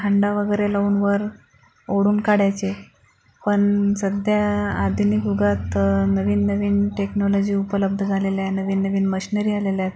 हंडा वगैरे लावून वर ओढून काढायचे पण सध्या आधुनिक युगात नवीन नवीन टेक्नॉलॉजी उपलब्ध झालेली आहे नवीन नवीन मशनरी आलेल्या आहेत